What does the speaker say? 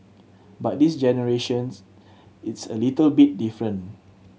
but this generations it's a little bit different